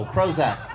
Prozac